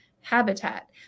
habitat